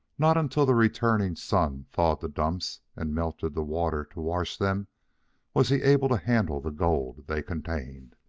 not until the returning sun thawed the dumps and melted the water to wash them was he able to handle the gold they contained.